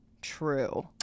true